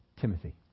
Timothy